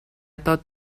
taught